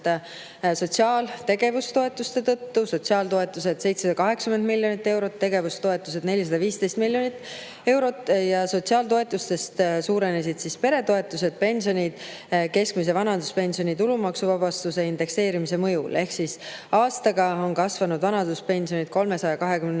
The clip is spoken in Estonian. sotsiaal- ja tegevustoetuste tõttu: sotsiaaltoetused 780 miljonit eurot, tegevustoetused 415 miljonit eurot. Sotsiaaltoetustest suurenesid peretoetused, pensionid keskmise vanaduspensioni tulumaksuvabastuse ja indekseerimise mõjul. Aastaga on kasvanud vanaduspensionid 320